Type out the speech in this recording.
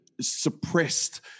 suppressed